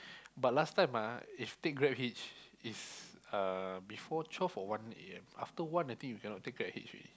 but last time ah if take GrabHitch is uh before twelve or one A_M after one I think you cannot take GrabHitch already